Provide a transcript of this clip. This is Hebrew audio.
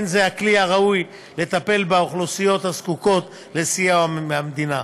אין זה הכלי הראוי לטפל באוכלוסיות הזקוקות לסיוע מהמדינה.